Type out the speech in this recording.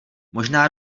možná